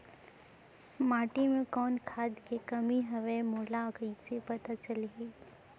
माटी मे कौन खाद के कमी हवे मोला कइसे पता चलही?